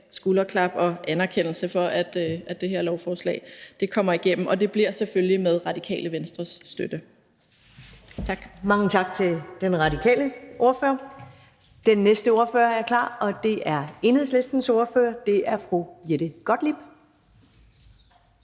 skulderklap og anerkendelse for, at det her lovforslag kommer igennem, og det bliver selvfølgelig med Radikale Venstres støtte. Tak. Kl. 10:13 Første næstformand (Karen Ellemann): Mange tak til den radikale ordfører. Den næste ordfører er klar, og det er Enhedslistens ordfører, og det er fru Jette Gottlieb.